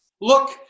Look